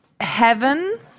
heaven